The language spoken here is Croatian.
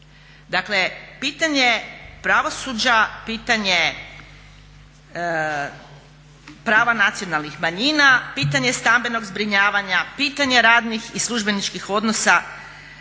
Dakle pitanje pravosuđa, pitanje prava nacionalnih manjina, pitanje stambenog zbrinjavanja, pitanje radnih i službeničkih odnosa,